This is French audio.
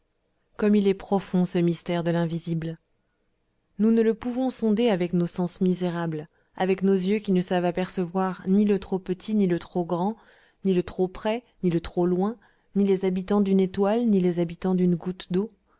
comme il est profond ce mystère de l'invisible nous ne le pouvons sonder avec nos sens misérables avec nos yeux qui ne savent apercevoir ni le trop petit ni le trop grand ni le trop près ni le trop loin ni les habitants d'une étoile ni les habitants d'une goutte d'eau